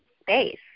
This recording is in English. space